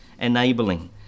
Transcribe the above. enabling